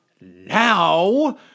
now